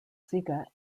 sega